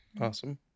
Awesome